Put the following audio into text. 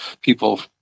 people